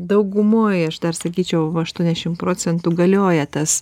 daugumoj aš dar sakyčiau aštuoniasdešim procentų galioja tas